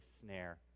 snare